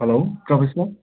hello Pravesh sir